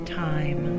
time